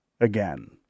again